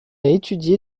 étudié